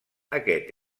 aquest